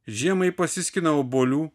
žiemai pasiskina obuolių